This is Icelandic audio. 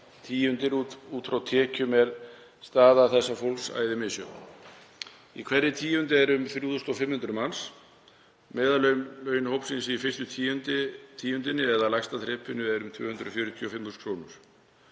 tíundir út frá tekjum er staða þessa fólks æðimisjöfn. Í hverri tíund eru um 3.500 manns. Meðallaun hópsins í fyrstu tíundinni, eða lægsta þrepinu, eru 245.000 kr.